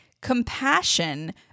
compassion